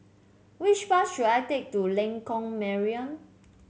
which bus should I take to Lengkok Mariam